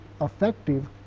effective